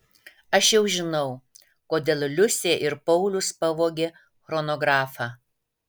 aš jau žinau kodėl liusė ir paulius pavogė chronografą